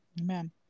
amen